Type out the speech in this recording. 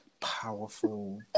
powerful